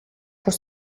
con